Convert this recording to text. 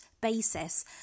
basis